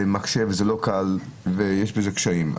ושזה לא קל ויש עם זה קשיים.